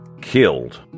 killed